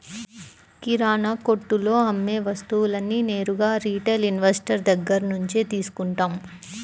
కిరణాకొట్టులో అమ్మే వస్తువులన్నీ నేరుగా రిటైల్ ఇన్వెస్టర్ దగ్గర్నుంచే తీసుకుంటాం